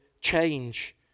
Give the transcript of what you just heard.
change